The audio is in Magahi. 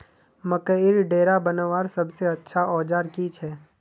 मकईर डेरा बनवार सबसे अच्छा औजार की छे?